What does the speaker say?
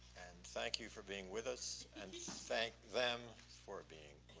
and thank you for being with us, and thank them for being